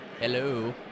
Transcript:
hello